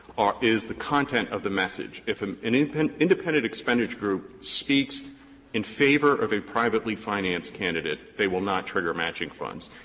is the content of the message. if an independent independent expenditure group speaks in favor of a privately financed candidate, they will not trigger matching funds.